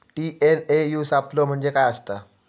TNAU सापलो म्हणजे काय असतां?